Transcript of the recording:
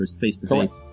face-to-face